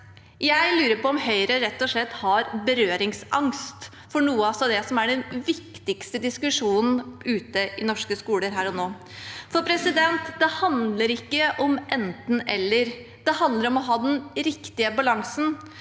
Jeg lurer på om Høyre rett og slett har berøringsangst for det som er den viktigste diskusjonen ute i norske skoler her og nå. Det handler ikke om et enten–eller, det handler om å ha den riktige balansen.